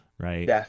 right